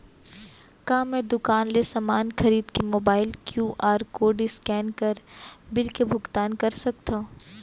का मैं दुकान ले समान खरीद के मोबाइल क्यू.आर कोड स्कैन कर बिल के भुगतान कर सकथव?